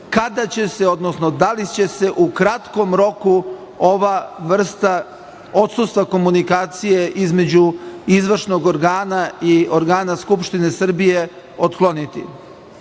kada će se, odnosno da li će se u kratkom roku, ova vrsta odsustva komunikacije između izvršnog organa i organa Skupštine Srbije otkloniti? Treće